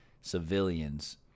civilians